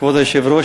כבוד היושב-ראש,